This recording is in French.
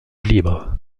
libre